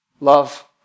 Love